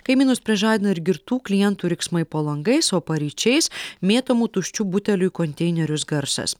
kaimynus prižadina ir girtų klientų riksmai po langais o paryčiais mėtomų tuščių butelių į konteinerius garsas